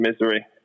misery